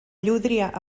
llúdria